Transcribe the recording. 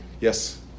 Yes